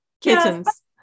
kittens